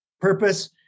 purpose